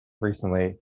recently